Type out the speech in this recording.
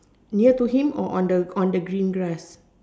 near to him or on the on the green grass